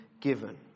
given